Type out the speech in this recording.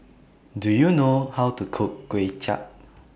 Do YOU know How to Cook Kuay Chap